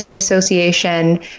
Association